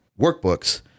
workbooks